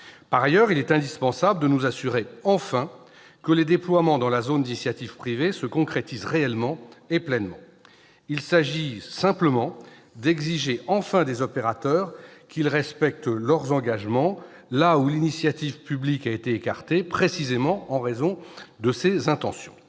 Par ailleurs, il est indispensable de nous assurer, enfin, que les déploiements dans la zone d'initiative privée se concrétisent réellement et pleinement. Il s'agit simplement d'exiger des opérateurs qu'ils respectent leurs engagements, là où l'initiative publique a été écartée précisément en raison de ces intentions.